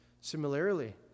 Similarly